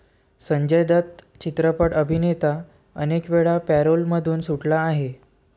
संजय दत्त चित्रपट अभिनेता अनेकवेळा पॅरोलमधून सुटला आहे